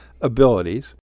abilities